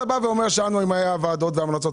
אתה בא ואומר שהיו ועדות והמלצות,